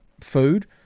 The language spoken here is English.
food